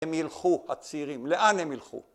‫הם ילכו, הצעירים, לאן הם ילכו?